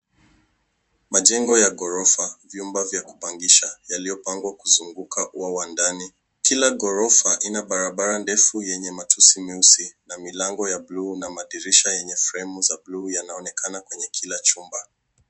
Majengo ya ghorofa, vyumba vya kupangisha, yaliyopangwa kuzunguka ua wa ndani. Kila ghorofa ina barabara ndefu yenye matusi meusi na milango ya buluu na madirisha yenye fremu za buluu yanaonekana kwenye kila chumba.